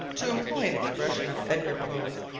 to employ an expression of edgar poe's,